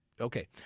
Okay